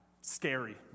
scary